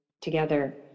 together